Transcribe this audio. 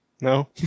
No